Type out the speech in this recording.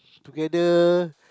together